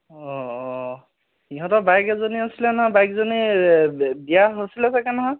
অঁ অঁ ইহঁতৰ বায়েক এজনী আছিলে নহয় বায়েকজনীৰ বিয়া হৈছিলে নহয়